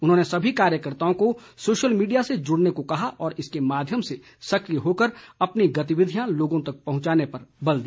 उन्होंने सभी कार्यकर्ताओं को सोशल मीडिया से जुड़ने को कहा और इसके माध्यम से सक्रिय होकर अपनी गतिविधियां लोगों तक पहुंचाने पर बल दिया